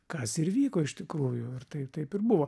kas ir įvyko iš tikrųjų ir tai taip ir buvo